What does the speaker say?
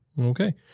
Okay